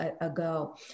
ago